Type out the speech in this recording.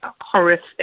horrific